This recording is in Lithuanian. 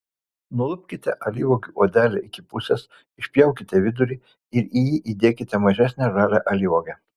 nulupkite alyvuogių odelę iki pusės išpjaukite vidurį ir į jį įdėkite mažesnę žalią alyvuogę